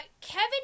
Kevin